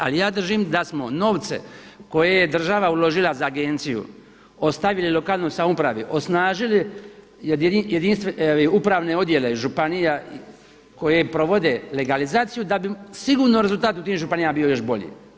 Ali ja držim da smo novce koje je država uložila za Agenciju ostavili lokalnoj samoupravi, osnažili upravne odjele županija koje provode legalizacije da bi sigurno rezultat u tim županijama bio još bolji.